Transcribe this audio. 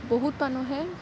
বহুত মানুহে